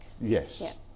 Yes